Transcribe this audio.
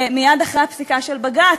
מייד אחרי הפסיקה של בג"ץ,